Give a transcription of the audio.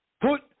Put